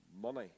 money